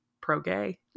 pro-gay